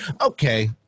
Okay